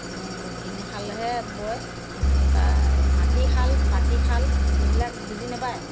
এনে উভিনশালহে বয় কিন্তু তাৰ মাটিশাল পাতিশাল এইবিলাক বুজি নাপায়